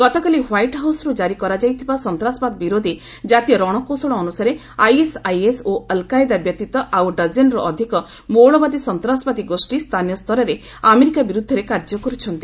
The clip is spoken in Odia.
ଗତକାଲି ହ୍ୱାଇଟ୍ ହାଉସ୍ରୁ ଜାରି କରାଯାଇଥିବା ସନ୍ତାସବାଦ ବିରୋଧି ଜାତୀୟ ରଣକୌଶଳ ଅନୁସାରେ ଆଇଏସ୍ଆଇଏସ୍ ଓ ଅଲ୍କାୟେଦା ବ୍ୟତୀତ ଆଉ ଡଜନେରୁ ଅଧିକ ମୌଳବାଦୀ ସନ୍ତାସବାଦୀ ଗୋଷୀ ସ୍ଥାନୀୟ ସ୍ଥରରେ ଆମେରିକା ବିର୍ଦ୍ଧରେ କାର୍ଯ୍ୟ କର୍ଚ୍ଚନ୍ତି